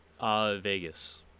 Vegas